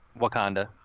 Wakanda